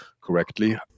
correctly